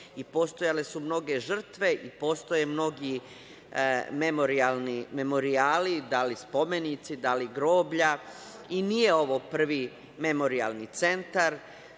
i postojale su mnoge žrtve i postoje mnogi memorijali, da li spomenici, da li groblja, i nije ovo prvi memorijalni centar.